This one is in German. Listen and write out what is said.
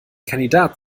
kandidat